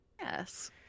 Yes